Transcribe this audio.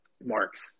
marks